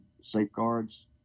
safeguards